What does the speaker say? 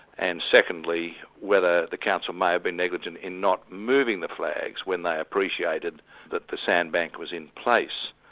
and secondly, whether the council may have been negligent in not moving the flags when they appreciated that the sandbank was in place.